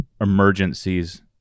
emergencies